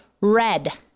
red